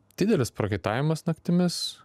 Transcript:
didelis prakaitavimas naktimis